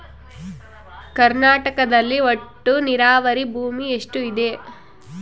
ಕರ್ನಾಟಕದಲ್ಲಿ ಒಟ್ಟು ನೇರಾವರಿ ಭೂಮಿ ಎಷ್ಟು ಇದೆ?